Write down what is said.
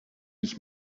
ich